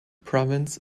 province